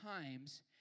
times